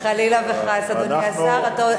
חלילה וחס, אדוני השר.